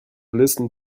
listen